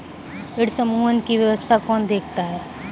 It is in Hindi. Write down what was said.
ऋण समूहन की व्यवस्था कौन देखता है?